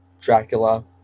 Dracula